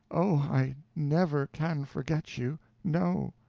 oh, i never can forget you no,